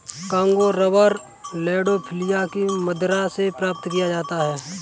Congo rubber Landolphia की मदिरा से प्राप्त किया जाता है